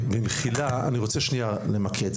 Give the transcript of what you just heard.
ובמחילה אני רוצה שנייה למקד,